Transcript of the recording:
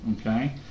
okay